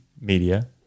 media